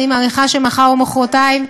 אני מעריכה שמחר או מחרתיים,